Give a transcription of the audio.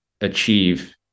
achieve